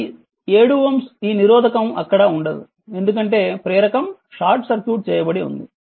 ఈ 7Ω ఈ నిరోధకం అక్కడ ఉండదు ఎందుకంటే ప్రేరకం షార్ట్ సర్క్యూట్ చేయబడి ఉంది